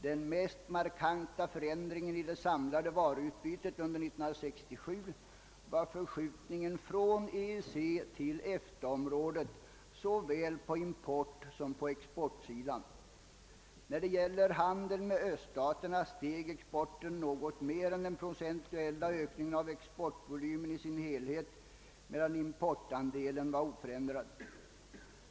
Den mest markanta förändringen i det samlade varuutbytet under 1967 var förskjutningen från EEC till EFTA-området såväl på importsom exportsidan. När det gäller handeln med öststaterna steg exporten något mer än den procentuella ökningen av exportvolymen i dess hekhet, medan importandelen var oförändrad.